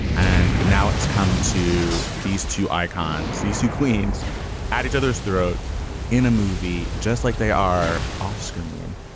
and now it's come to these two icons, these two queens at each other's throats in a movie just like they are off screen.